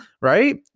right